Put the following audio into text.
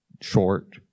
short